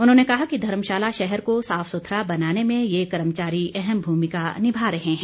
उन्होंने कहा कि धर्मशाला शहर को साफ सुथरा बनाने में ये कर्मचारी अहम भूमिका निभा रहे हैं